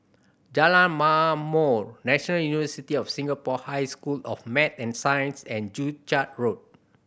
Jalan Ma'mor National University of Singapore High School of Math and Science and Joo Chiat Road